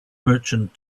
merchant